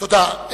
תודה.